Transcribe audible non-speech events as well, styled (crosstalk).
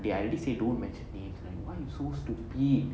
(laughs) I already say don't mention names lah why you so stupid